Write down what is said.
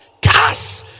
cash